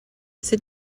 sit